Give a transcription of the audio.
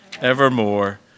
evermore